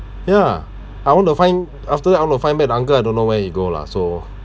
ya I want to find after that I want to find back the uncle I don't know where he go lah so